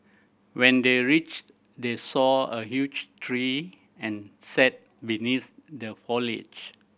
when they reached they saw a huge tree and sat beneath the foliage